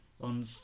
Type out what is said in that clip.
on